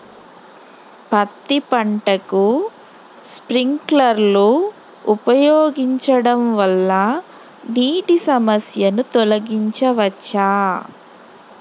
పత్తి పంటకు స్ప్రింక్లర్లు ఉపయోగించడం వల్ల నీటి సమస్యను తొలగించవచ్చా?